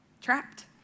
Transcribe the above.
trapped